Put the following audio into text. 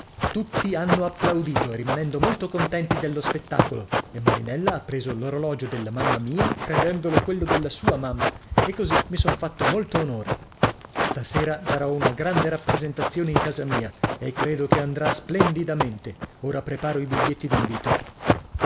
tutti hanno applaudito rimanendo molto contenti dello spettacolo e marinella ha preso l'orologio della mamma mia credendolo quello della sua mamma e così mi son fatto molto onore stasera darò una grande rappresentazione in casa mia e credo che andrà splendidamente ora preparo i biglietti